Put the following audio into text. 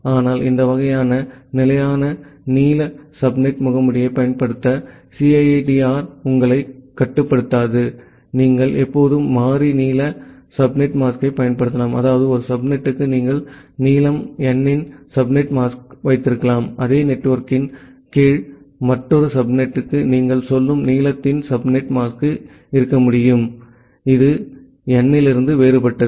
ஆனால் இந்த வகையான நிலையான நீள சப்நெட் முகமூடியைப் பயன்படுத்த சிஐடிஆர் உங்களை கட்டுப்படுத்தாது நீங்கள் எப்போதும் மாறி நீள சப்நெட் மாஸ்கைப் பயன்படுத்தலாம் அதாவது ஒரு சப்நெட்டுக்கு நீங்கள் நீளம் n இன் சப்நெட் மாஸ்க் வைத்திருக்கலாம் அதே நெட்வொர்க்கின் கீழ் மற்றொரு சப்நெட்டுக்கு நீங்கள் சொல்லும் நீளத்தின் சப்நெட் மாஸ்க் இருக்க முடியும் குறிப்பு நேரம் 2131 மீ இது n இலிருந்து வேறுபட்டது